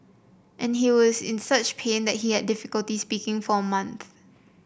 and he was in such pain that he had difficulty speaking for a month